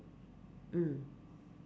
mm